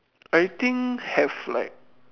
I think have like